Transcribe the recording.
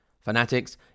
Fanatics